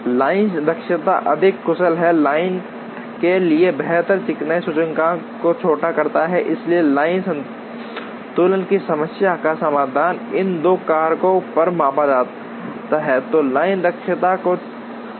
line दक्षता अधिक कुशल है लाइन लाइन के लिए बेहतर चिकनाई सूचकांक को छोटा करता है इसलिए लाइन संतुलन की समस्या का समाधान इन दो कारकों पर मापा जाता है जो लाइन दक्षता और चिकनाई सूचकांक हैं